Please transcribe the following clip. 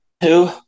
two